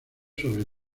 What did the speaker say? sobre